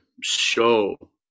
show